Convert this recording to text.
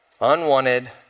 Unwanted